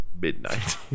midnight